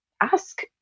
ask